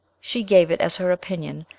she gave it as her opinion,